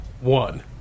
one